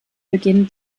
beginnen